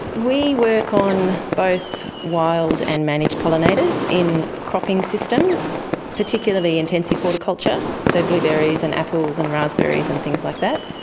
we work on both wild and managed pollinators in cropping systems, particularly intensive horticulture, so blueberries and apples and raspberries and things like that.